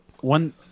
one